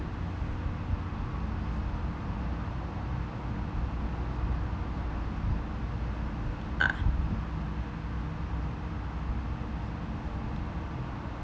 ah